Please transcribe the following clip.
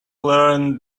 learned